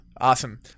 Awesome